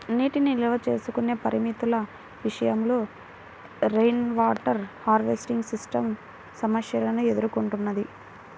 నీటిని నిల్వ చేసుకునే పరిమితుల విషయంలో రెయిన్వాటర్ హార్వెస్టింగ్ సిస్టమ్ సమస్యలను ఎదుర్కొంటున్నది